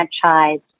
franchise